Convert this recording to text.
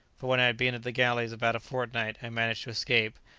for when i had been at the galleys about a fortnight i managed to escape,